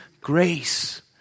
grace